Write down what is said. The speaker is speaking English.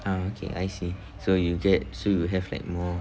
uh okay I see so you get so you have like more